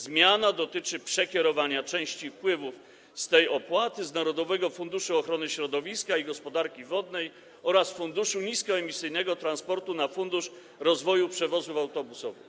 Zmiana dotyczy przekierowania części wpływów z tej opłaty z Narodowego Funduszu Ochrony Środowiska i Gospodarki Wodnej oraz Funduszu Niskoemisyjnego Transportu do Funduszu rozwoju przewozów autobusowych.